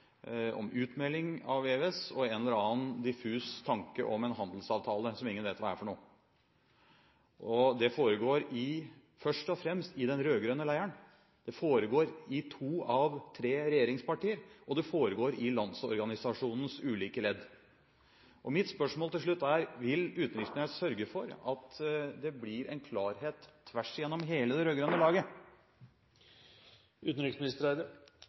om utmelding av EØS og en eller annen diffus tanke om en handelsavtale som ingen vet hva er for noe. Det foregår først og fremst i den rød-grønne leiren, det foregår i to av tre regjeringspartier, og det foregår i Landsorganisasjonens ulike ledd. Mitt spørsmål til slutt er: Vil utenriksministeren sørge for at det blir en klarhet tvers igjennom hele det rød-grønne laget?